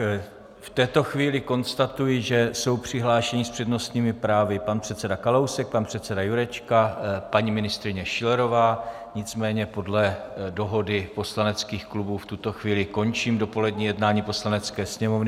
V této chvíli konstatuji, že jsou přihlášeni s přednostními právy pan předseda Kalousek, pan předseda Jurečka, paní ministryně Schillerová, nicméně podle dohody poslaneckých klubů v tuto chvíli končím dopolední jednání Poslanecké sněmovny.